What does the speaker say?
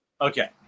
Okay